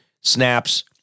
snaps